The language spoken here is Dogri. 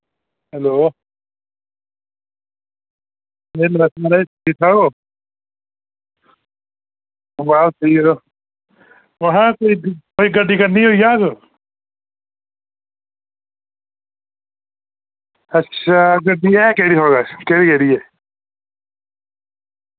हैलो भैया नमस्ते महाराज ठीक ठाक ओ बस ठीक यरो महां कोई गड्डी करनी होग होई जाह्ग अच्छा गड्डी ऐ केह्ड़ी ऐ थुआढ़े कश केह्ड़ी केह्ड़ी ऐ